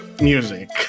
music